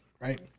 right